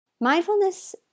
Mindfulness